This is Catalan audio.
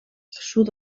sud